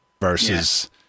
versus